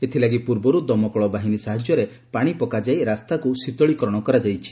ଏଥିଲାଗି ପୂର୍ବରୁ ଦମକଳ ବାହିନୀ ସାହାଯ୍ୟରେ ପାଶି ପକାଯାଇ ରାସ୍ତାକୁ ଶୀତଳୀକରଶ କରାଯାଇଛି